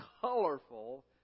colorful